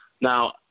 Now